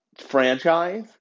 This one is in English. franchise